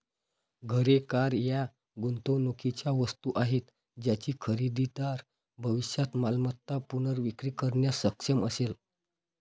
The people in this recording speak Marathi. घरे, कार या गुंतवणुकीच्या वस्तू आहेत ज्याची खरेदीदार भविष्यात मालमत्ता पुनर्विक्री करण्यास सक्षम असेल